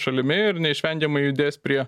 šalimi ir neišvengiamai judės prie